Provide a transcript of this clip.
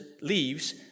leaves